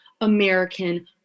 American